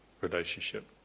relationship